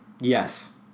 Yes